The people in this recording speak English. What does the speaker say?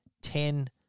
ten